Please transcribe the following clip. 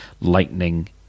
lightning